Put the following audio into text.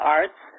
arts